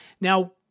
Now